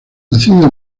nacido